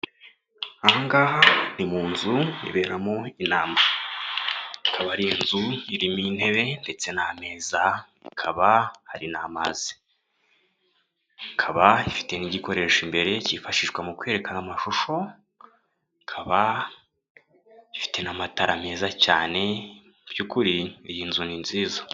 Aha ngaha ni mu nzu iberamo inama. Aba ari inzu irimo intebe ndetse na ameza ikaba hari namazi. Ikaba ifite n'igikoresho imbere kifashishwa mu kwerekana amashusho, ikaba ifite n'matara meza cyane mu by'ukuri iyi nzu ni nziza.